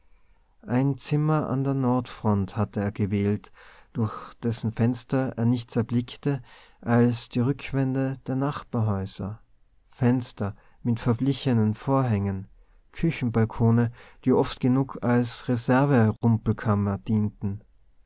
ein zimmer an der nordfront hatte er gewählt durch dessen fenster er nichts erblickte als die rückwände der nachbarhäuser fenster mit verblichenen vorhängen küchenbalkone die oft genug als reserve rumpelkammern dienten